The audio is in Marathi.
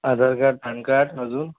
आधार कार्ड पॅन कार्ड अजून